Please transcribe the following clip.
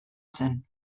zen